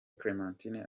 clementine